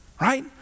right